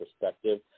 perspective